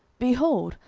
behold,